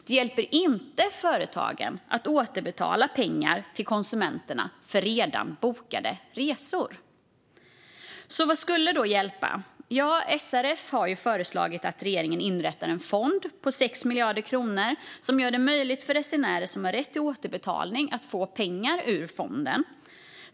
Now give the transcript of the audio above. Det hjälper inte företagen att återbetala konsumenterna för redan bokade resor. Vad skulle hjälpa? SRF har föreslagit att regeringen ska inrätta en fond på 6 miljarder kronor som gör det möjligt för resenärer som har rätt till återbetalning att få pengar ur fonden.